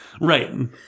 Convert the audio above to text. Right